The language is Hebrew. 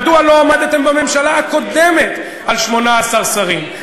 מדוע לא עמדתם בממשלה הקודמת על 18 שרים?